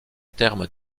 terme